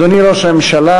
אדוני ראש הממשלה,